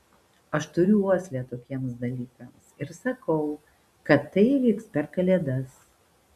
aš turiu uoslę tokiems dalykams ir sakau kad tai įvyks per kalėdas